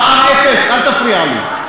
מע"מ אפס, אל תפריע לי.